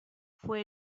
fue